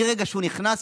מרגע שהוא נכנס,